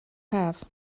haf